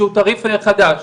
שהוא תעריף חדש.